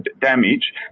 damage